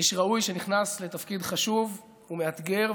איש ראוי שנכנס לתפקיד חשוב ומאתגר,